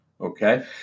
Okay